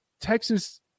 Texas